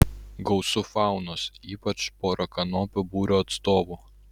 gausu faunos ypač porakanopių būrio atstovų